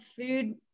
food